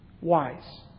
wise